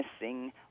missing